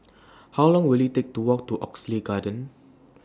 How Long Will IT Take to Walk to Oxley Garden